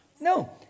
No